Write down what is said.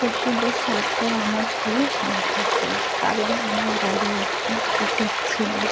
পশুদের সাথে আমার ভালো সম্পর্ক কারণ আমার বাড়ি একটা কুকুর ছিলো